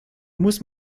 muss